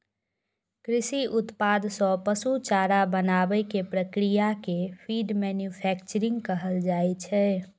कृषि उत्पाद सं पशु चारा बनाबै के प्रक्रिया कें फीड मैन्यूफैक्चरिंग कहल जाइ छै